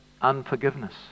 unforgiveness